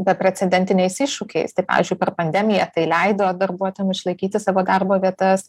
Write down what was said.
beprecedentiniais iššūkiais tai pavyzdžiui per pandemiją tai leido darbuotojam išlaikyti savo darbo vietas